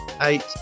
eight